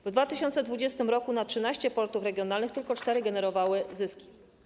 W 2020 r. na 13 portów regionalnych tylko cztery generowały zyski.